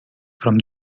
from